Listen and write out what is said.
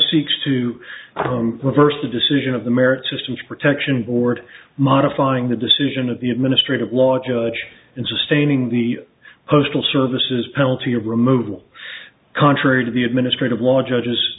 to reverse the decision of the merit systems protection board modifying the decision of the administrative law judge in sustaining the postal service's penalty or removal contrary to the administrative law judges